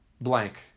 blank